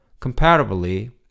Comparably